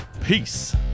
Peace